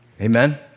Amen